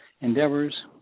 endeavors